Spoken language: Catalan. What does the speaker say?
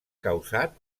causat